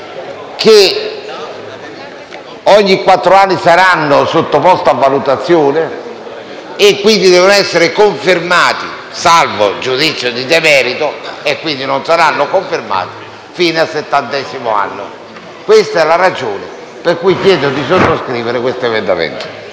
che ogni quattro anni saranno sottoposti a valutazione e che, quindi, devono essere confermati, salvo giudizio di demerito; pertanto non saranno confermati fino al settantesimo anno. Questa è la ragione per cui chiedo di sottoscrivere l'emendamento